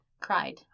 Cried